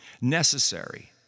necessary